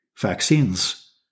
vaccines